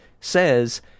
says